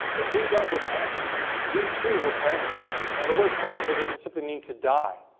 if we don't repent we too will perish now the word perish there doesn't simply mean to die.